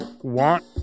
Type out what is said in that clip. want